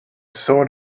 sort